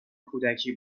کودکی